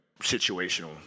situational